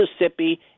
Mississippi